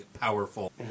powerful